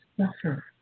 suffer